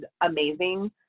amazing